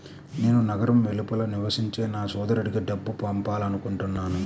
నేను నగరం వెలుపల నివసించే నా సోదరుడికి డబ్బు పంపాలనుకుంటున్నాను